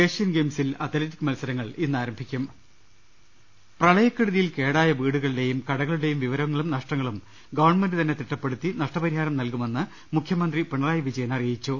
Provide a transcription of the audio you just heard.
Asian ഗെയിംസിൽ അത്ലറ്റിക്സ് മത്സരങ്ങൾ ഇന്നാരംഭിക്കും പ്രളയക്കെടുതിയിൽ കേടായ വീടുകളുടെയും കടകളുടെയും വിവ രവും നഷ്ടങ്ങളും ഗവൺമെന്റ് തന്നെ തിട്ടപ്പെടുത്തി നഷ്ടപരിഹാരം നൽകുമെന്ന് മുഖ്യമന്ത്രി പിണറായി വിജയൻ അറിയിച്ചു